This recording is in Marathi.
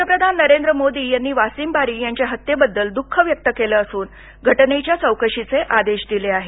पंतप्रधान नरेंद्र मोदी यांनी वासिम बारी यांच्या हत्येबद्दल दुख व्यक्त केलं असून घटनेच्या चौकशीचे आदेश दिले आहेत